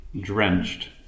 drenched